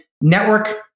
network